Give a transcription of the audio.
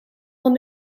van